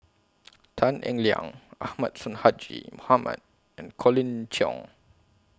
Tan Eng Liang Ahmad Sonhadji Mohamad and Colin Cheong